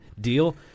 deal